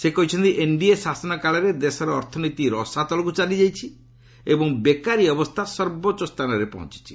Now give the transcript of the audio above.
ସେ କହିଛନ୍ତି ଏନ୍ଡିଏ ଶାସନ କାଳରେ ଦେଶର ଅର୍ଥନୀତି ରଶାତଳକ୍ ଚାଲିଯାଇଛି ଏବଂ ବେକାରୀ ଅବସ୍ଥା ସର୍ବୋଚ୍ଚ ସ୍ଥାନରେ ପହଞ୍ଚିଛି